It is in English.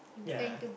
yeah